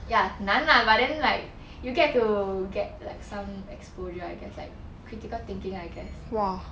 ya 难 lah but then like you'll get to get like some exposure I guess like critical thinking I guess